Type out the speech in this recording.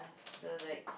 so like